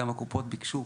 גם הקופות ביקשו